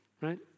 Right